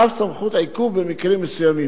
ואף סמכות עיכוב במקרים מסוימים.